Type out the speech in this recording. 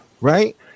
right